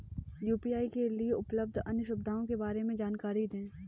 UPI के लिए उपलब्ध अन्य सुविधाओं के बारे में जानकारी दें?